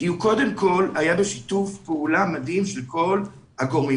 כי הוא קודם כל היה בשיתוף פעולה מדהים של כל הגורמים,